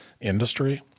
industry